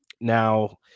now